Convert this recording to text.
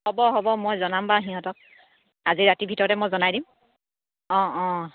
হ'ব হ'ব মই জনাম বা সিহঁতক আজি ৰাতিৰ ভিতৰতে মই জনাই দিম অঁ অঁ